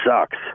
sucks